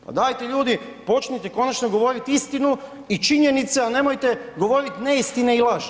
Pa dajte ljudi počnite konačno govorit istinu i činjenice, a nemojte govorit neistine i laži.